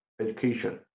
education